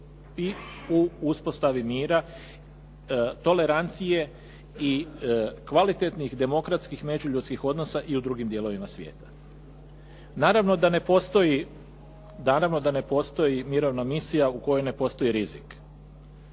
i u uspostavi mira, tolerancije i kvalitetnih demokratskih, međuljudskih odnosa i u drugim dijelovima svijeta. Naravno da ne postoji mirovna misija u kojoj ne postoji rizik.